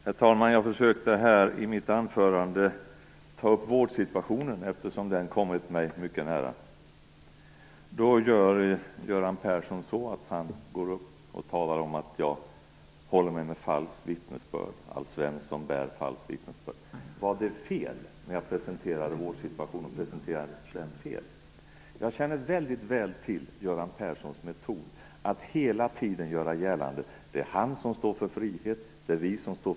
Herr talman! Jag försökte i mitt anförande ta upp vårdsituationen, eftersom den kommit mig mycket nära. Då talar Göran Persson om att Alf Svensson bär falskt vittnesbörd. Presenterade jag vårdsituationen felaktigt? Jag känner väldigt väl till Göran Perssons metod att hela tiden göra gällande att det är han som står för frihet och vi för ofrihet.